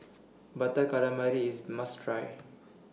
Butter Calamari IS A must Try